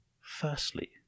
Firstly